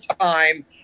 time